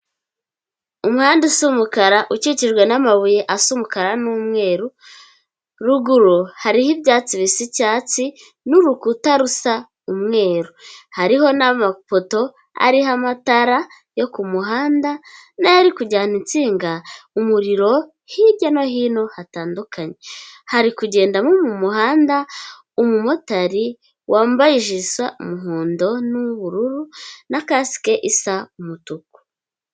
Umuhanda usa umukara ukikijwe n'amabuye asa umukara n'umweru, ruguru hariho ibyatsi bisa icyatsi n'urukuta rusa umweru, hariho n'amapoto ariho amatara yo ku muhanda n'ari kujyana insinga umuriro hirya no hino hatandukanye hari kugendamo mu muhanda umumotari wambaye ijire isa umuhondo n'ubururu na kasike isa umutuku.